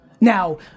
Now